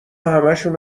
همشونو